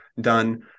done